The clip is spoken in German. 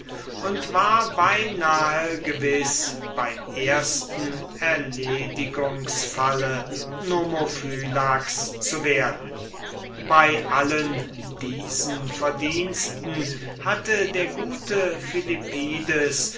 und war beinahe gewiß beim ersten erledigungsfalle nomophylax zu werden zu allen diesen verdiensten hatte der gute